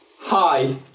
Hi